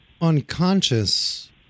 unconscious